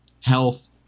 health